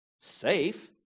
Safe